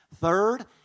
Third